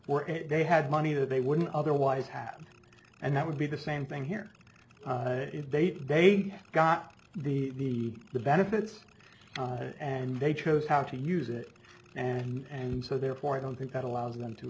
were they had money that they wouldn't otherwise have and that would be the same thing here if they they got the benefits and they chose how to use it and so therefore i don't think that allows them to